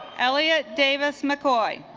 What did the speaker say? elliot davis mccoy